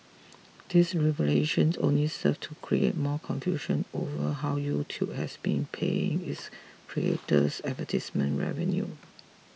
this revelation only served to create more confusion over how YouTube has been paying its creators advertisement revenue